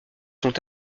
sont